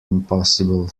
impossible